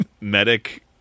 medic